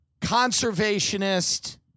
conservationist